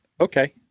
okay